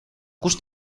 kus